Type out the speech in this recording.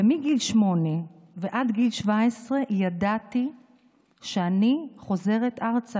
ומגיל שמונה עד גיל 17 ידעתי שאני חוזרת ארצה,